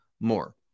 more